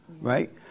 right